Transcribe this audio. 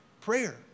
Prayer